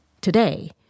Today